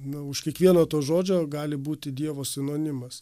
nu už kiekvieno to žodžio gali būti dievo sinonimas